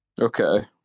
okay